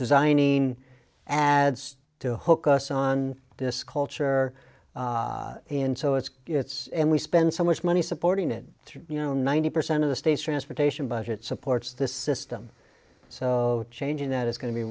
designing ads to hook us on this culture and so it's it's and we spend so much money supporting it through you know ninety percent of the state's transportation budget supports this system so changing that is going to be